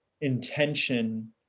intention